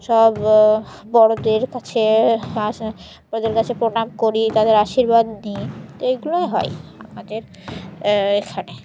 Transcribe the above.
সব বড়দের কাছে আশ বড়দের কাছে প্রণাম করি তাদের আশীর্বাদ নিই তো এইগুলোাই হয় আমাদের এখানে